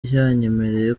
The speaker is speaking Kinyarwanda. yanyemereye